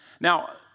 Now